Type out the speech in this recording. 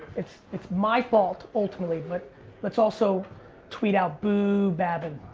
it's it's my fault ultimately, but let's also tweet out boo babin.